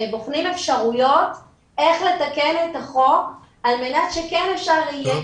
בוחנים אפשרויות איך לתקן את החוק על מנת שכן אפשר יהיה,